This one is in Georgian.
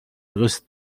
დღეს